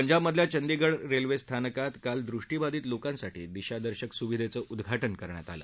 पंजाबमधल्या चंडीगढ रेल्वे स्थानकात काल दृष्टीबाधित लोकांसाठी दिशादर्शक सुविधेचं उद्वाते करण्यात आलं